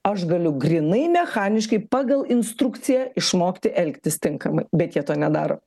aš galiu grynai mechaniškai pagal instrukciją išmokti elgtis tinkamai bet jie to nedaro